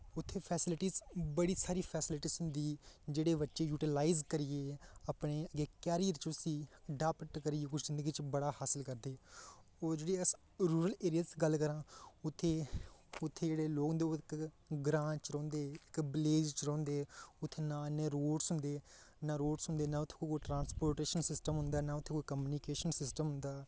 उत्थें बड़ी सारी फैसलीटीस होंदी जेह्ड़ी बच्चे युटिलाईज करियै अपने अग्गैं करियर च अडाप्ट करियै कुश जिंदगी च बड़ा ह्सल करदे और अस रूरल एरिया दी गल्ल करां उत्थें जेह्ड़े लोग होंदे ओह् ग्रांऽ च रौंह्दे ओह् विलेज च रौंह्दे उत्थें ना इन्ने रोड़स होंदे नां उत्थें कोई ट्रांस्पोर्ट सिस्टम होंदा नां उत्थें कम्युनिकेशन सिस्टम होंदा